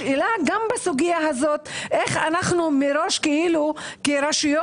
השאלה גם בסוגיה הזאת איך מראש אנחנו כרשויות,